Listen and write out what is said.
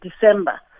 December